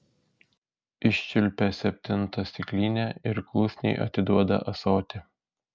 iščiulpia septintą stiklinę ir klusniai atiduoda ąsotį